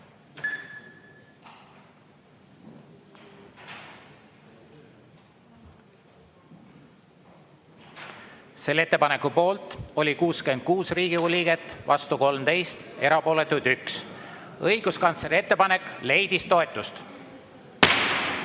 Selle ettepaneku poolt oli 66 Riigikogu liiget, vastu 13, erapooletuid 1. Õiguskantsleri ettepanek leidis toetust.